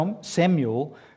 Samuel